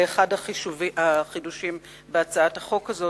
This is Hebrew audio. זה אחד החידושים בהצעת החוק הזאת,